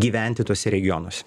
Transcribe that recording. gyventi tuose regionuose